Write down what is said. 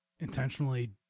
intentionally